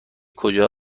کدام